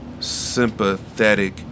Sympathetic